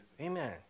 Amen